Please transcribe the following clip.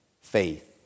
Faith